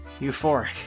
euphoric